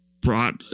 brought